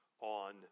on